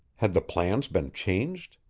had the plans been changed?